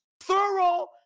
thorough